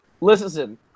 Listen